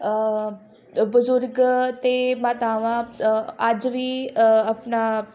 ਬਜ਼ੁਰਗ ਅਤੇ ਮਾਤਾਵਾਂ ਅੱਜ ਵੀ ਆਪਣਾ